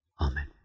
amen